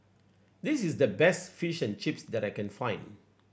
this is the best Fish and Chips that I can find